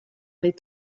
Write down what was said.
les